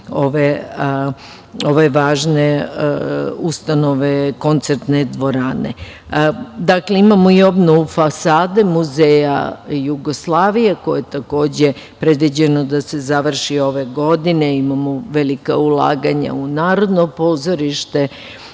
ove važne ustanove, koncertne dvorane. Dakle, imamo i obnovu fasade Muzeja Jugoslavije, koje je takođe predviđeno da se završi ove godine. Imamo velika ulaganja u Narodno pozorište,